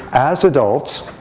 as adults,